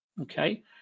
Okay